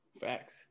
Facts